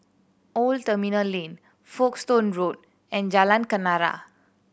Old Terminal Lane Folkestone Road and Jalan Kenarah